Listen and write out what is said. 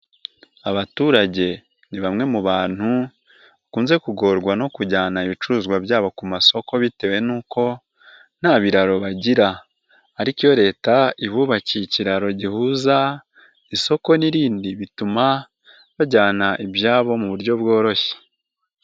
Abaturage ni bamwe mu bantu bakunze kugorwa no kujyana ibicuruzwa byabo ku masoko bitewe n'uko nta biraro bagira, ariko iyo Leta ibubakiye ikiraro gihuza isoko n'irindi bituma bajyana ibyabo mu buryo bworoshye.